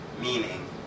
meaning